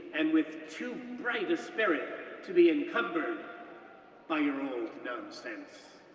and with too bright a spirit to be encumbered by your old nonsense.